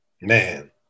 Man